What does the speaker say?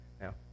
Now